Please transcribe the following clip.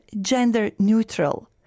gender-neutral